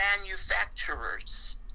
manufacturers